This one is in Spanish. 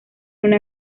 una